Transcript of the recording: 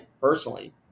personally